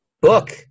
book